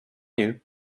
you